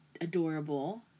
adorable